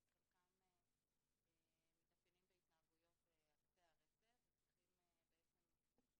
אבל חלקם מתאפיינים בהתנהגויות על קצה הרצף וצריך התערבות